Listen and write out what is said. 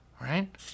right